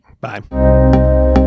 Bye